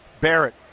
Barrett